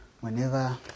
whenever